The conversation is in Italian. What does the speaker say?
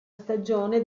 stagione